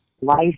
Life